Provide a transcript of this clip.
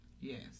Yes